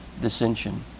dissension